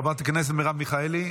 חברת הכנסת מרב מיכאלי,